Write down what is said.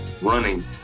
running